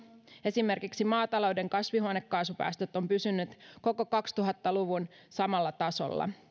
esimerkiksi maatalouden kasvihuonekaasupäästöt ovat pysyneet koko kaksituhatta luvun samalla tasolla